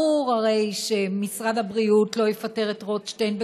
הרי ברור שמשרד הבריאות לא יפטר את רוטשטיין,